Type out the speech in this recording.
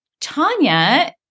Tanya